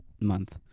month